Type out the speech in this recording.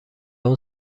اون